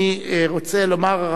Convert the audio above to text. אני רוצה רק לומר,